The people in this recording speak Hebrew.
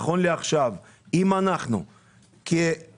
נכון לעכשיו, אם אנחנו כרשויות,